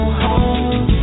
home